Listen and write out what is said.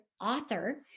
author